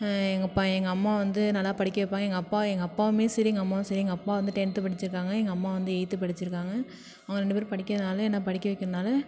எங்கப்பா எங்கள் அம்மா வந்து நல்லா படிக்க வைப்பாங்க எங்கள் அப்பா எங்கள் அப்பாவுமே சரி எங்கள் அம்மாவும் சரி எங்கள் அப்பா வந்து டென்த் படிச்சிருக்காங்க எங்கள் அம்மா வந்து எயித் படிச்சிருக்காங்க அவங்க ரெண்டு பேரும் படிக்காததனால என்னை படிக்க வைக்கிறதனால